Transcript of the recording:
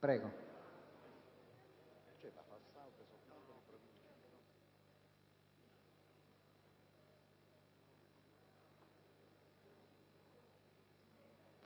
Prego